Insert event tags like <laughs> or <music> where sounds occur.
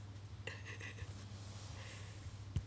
<laughs>